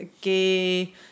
gay